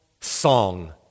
song